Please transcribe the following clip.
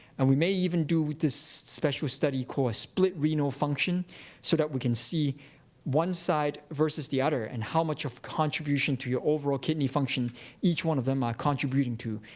and we may even do this special study called a split renal function so that we can see one side versus the other, and how much of contribution to your overall kidney function each one of them are contributing to,